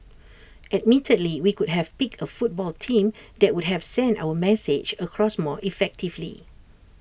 admittedly we could have picked A football team that would have sent our message across more effectively